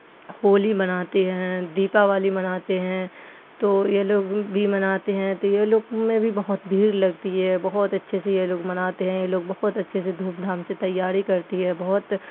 ہولی مناتے ہیں دیپاولی مناتے ہیں تو یہ لوگ بھی مناتے ہیں تو یہ لوگ میں بھی بہت بھیڑ لگتی ہے بہت اچھے سے یہ لوگ مناتے ہیں یہ لوگ بہت اچھے سے دھوم دھام سے تیاری کرتی ہے بہت